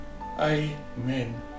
amen